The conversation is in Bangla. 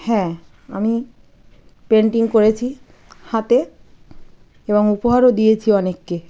হ্যাঁ আমি পেন্টিং করেছি হাতে এবং উপহারও দিয়েছি অনেককে